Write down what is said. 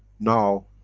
now,